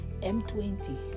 m20